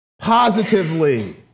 positively